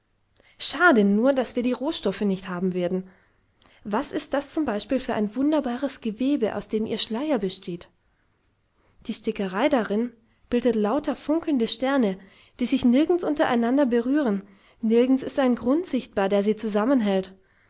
schade nur daß wir die rohstoffe nicht haben werden was ist das zum beispiel für ein wunderbares gewebe aus dem ihr schleier besteht die stickerei darin bildet lauter funkelnde sterne die sich nirgends untereinander berühren nirgends ist ein grund sichtbar der sie zusammenhält